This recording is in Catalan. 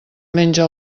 menja